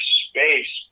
space